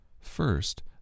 First